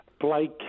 Blake